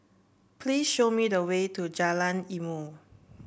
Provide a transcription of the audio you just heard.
please show me the way to Jalan Ilmu